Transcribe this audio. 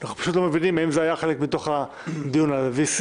אנחנו פשוט לא מבינים אם זה היה חלק מתוך הדיון על ה-VC,